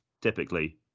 typically